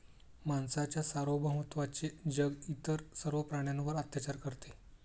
माणसाच्या सार्वभौमत्वाचे जग इतर सर्व प्राण्यांवर अत्याचार करते